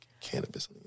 cannabis